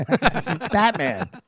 Batman